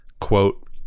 quote